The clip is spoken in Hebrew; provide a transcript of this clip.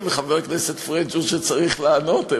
וחבר הכנסת פריג' הוא זה שצריך לענות,